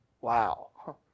Wow